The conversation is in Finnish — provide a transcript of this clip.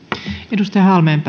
arvoisa